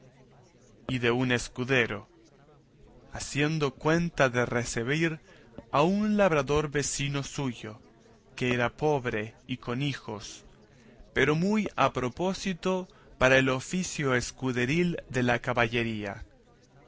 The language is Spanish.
y de un escudero haciendo cuenta de recebir a un labrador vecino suyo que era pobre y con hijos pero muy a propósito para el oficio escuderil de la caballería